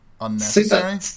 unnecessary